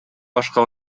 башка